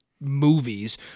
movies